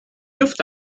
luft